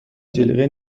جلیقه